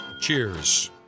cheers